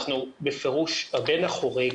אנחנו בפירוש הבן החורג.